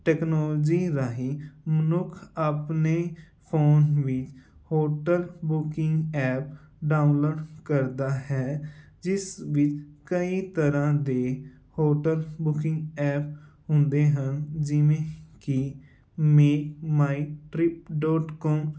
technology ਰਾਹੀਂ ਮਨੁੱਖ ਆਪਣੇ ਫੋਨ ਵੀ ਹੋਟਲ ਬੁਕਿੰਗ ਐਪ ਡਾਊਨਲੋਡ ਕਰਦਾ ਹੈ ਜਿਸ ਵਿੱਚ ਕਈ ਤਰਾਂ ਦੀ ਹੋਟਲ ਬੁਕਿੰਗ ਐਪ ਹੁੰਦੇ ਹਨ ਜਿਵੇਂ ਕਿ MakeMyTrip dot com